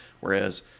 whereas